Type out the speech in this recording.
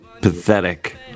pathetic